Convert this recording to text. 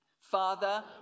Father